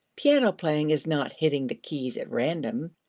piano playing is not hitting the keys at random.